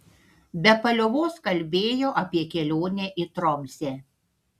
be paliovos kalbėjo apie kelionę į tromsę